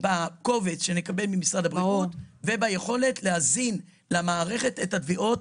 בקובץ שנקבל ממשרד הבריאות וביכולת להזין למערכת את התביעות,